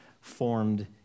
formed